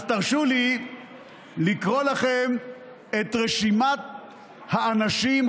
אז תרשו לי לקרוא לכם את רשימת האנשים,